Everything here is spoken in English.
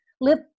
lip